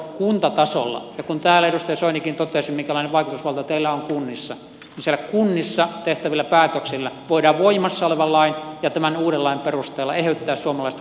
ja kun täällä edustaja soinikin totesi minkälainen vaikutusvalta teillä on kunnissa niin kunnissa tehtävillä päätöksillä voidaan voimassa olevan lain ja tämän uuden lain perusteella eheyttää suomalaista kuntarakennetta kuntaliitoksin